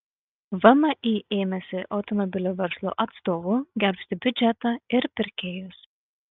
vmi ėmėsi automobilių verslo atstovų gelbsti biudžetą ir pirkėjus